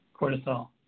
cortisol